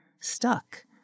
stuck